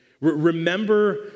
Remember